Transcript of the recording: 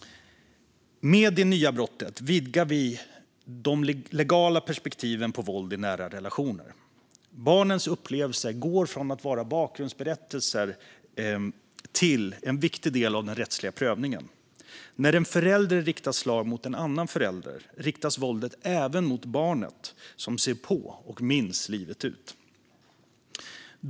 Med det nya brottet vidgar vi de legala perspektiven på våld i nära relationer. Barnens upplevelse går från att vara bakgrundsberättelser till en viktig del av den rättsliga prövningen. När en förälder riktar slag mot en annan förälder riktas våldet även mot barnet som ser på och minns livet ut.